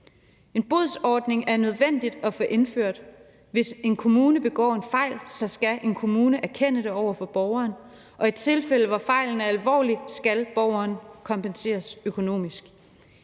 En bodsordning er nødvendig at få indført. Hvis en kommune begår en fejl, skal en kommune erkende det over for borgeren, og i tilfælde, hvor fejlen er alvorlig, skal borgeren kompenseres økonomisk.